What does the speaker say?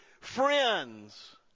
friends